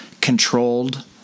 controlled